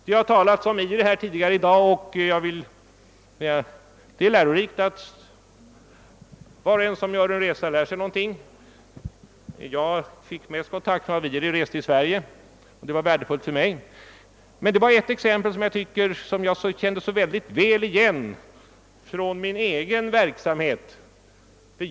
Det har talats om IRI här tidigare i dag och var och en som gör en resa lär sig någonting. Jag fick förnya mina kontakter genom att representanter för IRI för en tid sedan besökte Sverige. Det var värdefullt för mig. Jag fick deras erfarenheter från problem som jag mycket väl kände igen från min egen verksamhet.